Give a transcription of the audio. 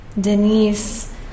Denise